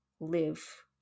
live